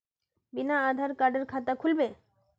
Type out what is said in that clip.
बिना आधार कार्डेर खाता खुल बे?